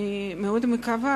אני מאוד מקווה